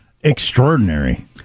extraordinary